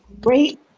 great